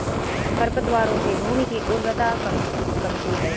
खरपतवारों से भूमि की उर्वरता कमती है